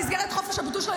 במסגרת חופש הביטוי שלה,